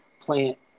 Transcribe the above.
plant